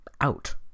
out